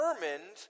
determined